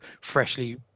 freshly